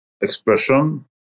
expression